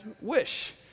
wish